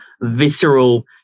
visceral